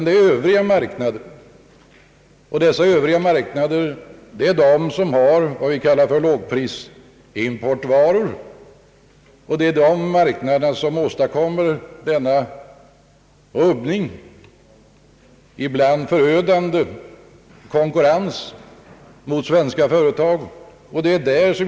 De övriga marknaderna är de som förser vårt land med vad vi kallar lågprisimportvaror, och det är dessa exportörer som åstadkommer en rubbning och en ibland för svenska företag förödande konkurrens.